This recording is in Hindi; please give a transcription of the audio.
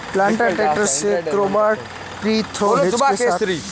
प्लांटर ट्रैक्टर से ड्रॉबार या थ्री पॉइंट हिच के साथ जुड़ा होता है